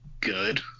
good